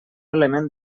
element